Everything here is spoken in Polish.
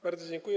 Bardzo dziękuję.